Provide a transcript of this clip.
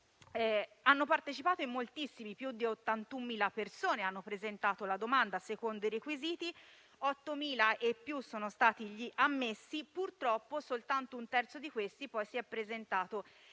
Hanno partecipato in moltissimi. Più di 81.000 persone hanno presentato la domanda, avendone i requisiti; 8.000 e più sono stati gli ammessi, anche se purtroppo soltanto un terzo di questi si è presentato